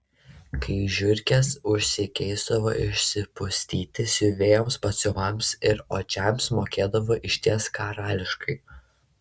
kai žiurkės užsigeisdavo išsipustyti siuvėjams batsiuviams ir odžiams mokėdavo išties karališkai